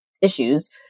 issues